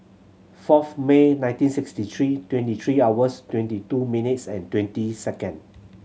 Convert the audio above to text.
fourth May nineteen sixty three twenty three hours twenty two minutes and twenty second